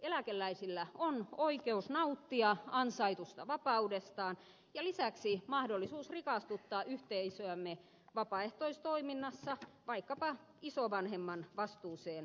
eläkeläisillä on oikeus nauttia ansaitusta vapaudestaan ja lisäksi mahdollisuus rikastuttaa yhteisöämme vapaaehtoistoiminnassa vaikkapa isovanhemman vastuuseen panostaen